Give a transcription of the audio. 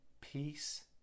Peace